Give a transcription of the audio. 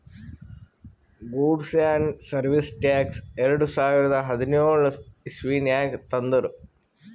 goods and service tax ಎರಡು ಸಾವಿರದ ಹದಿನ್ಯೋಳ್ ಇಸವಿನಾಗ್ ತಂದುರ್